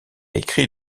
écrit